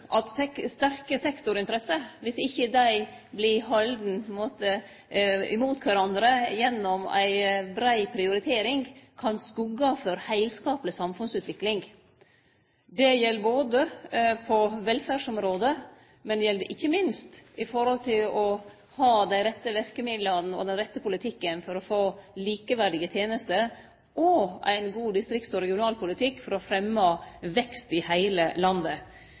at sterke sektorinteresser, dersom dei ikkje vert haldne imot kvarandre gjennom ei brei prioritering, kan skugge for heilskapleg samfunnsutvikling. Det gjeld både på velferdsområdet og, ikkje minst, i forhold til å ha dei rette verkemidla og den rette politikken for å få likeverdige tenester og ein god distrikts- og regionalpolitikk for å fremje vekst i heile landet.